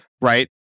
right